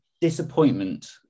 disappointment